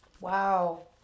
Wow